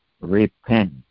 repent